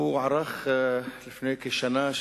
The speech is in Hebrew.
הוא ערך לפני כשנה,